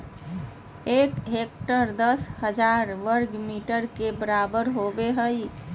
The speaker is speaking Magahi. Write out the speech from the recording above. एक हेक्टेयर दस हजार वर्ग मीटर के बराबर होबो हइ